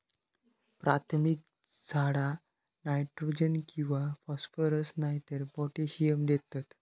प्राथमिक झाडा नायट्रोजन किंवा फॉस्फरस नायतर पोटॅशियम देतत